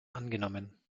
angenommen